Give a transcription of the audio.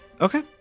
Okay